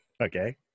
Okay